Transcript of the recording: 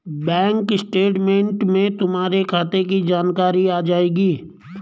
bank statement में तुम्हारे खाते की जानकारी आ जाएंगी